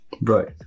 Right